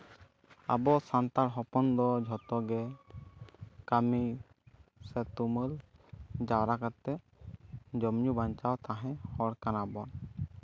ᱟᱵᱚ ᱥᱟᱱᱛᱟᱲ ᱦᱚᱯᱚᱱ ᱫᱚ ᱡᱷᱚᱛᱚ ᱜᱮ ᱠᱟᱹᱢᱤ ᱥᱮ ᱛᱩᱢᱟᱹᱞ ᱡᱟᱣᱨᱟ ᱠᱟᱛᱮᱜ ᱡᱚᱢ ᱧᱩ ᱵᱟᱧᱪᱟᱣ ᱛᱟᱦᱮᱱ ᱦᱚᱲ ᱠᱟᱱᱟ ᱵᱚᱱ